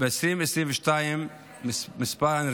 מרכז אמאן, המרכז הערבי לחברה בטוחה.